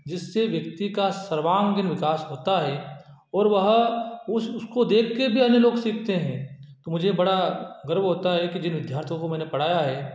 जिससे व्यक्ति का सर्वांगीण विकास होता है और वह उस उसको देख के भी अन्य लोग सीखते हैं तो मुझे बड़ा गर्व होता है कि जिन विद्यार्थियों को मैंने पढ़ाया है